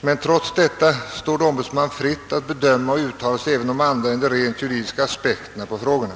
men trots detta står det ombudsmannen fritt att bedöma och uttala sig även om andra än rent juridiska aspekter på frågorna.